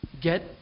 get